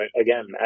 again